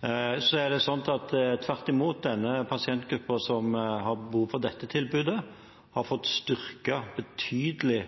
Tvert imot er det sånn at den pasientgruppen som har behov for dette tilbudet, har fått styrket sitt tilbud betydelig